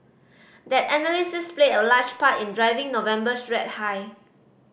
that analysis played a large part in driving November's rate hike